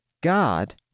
God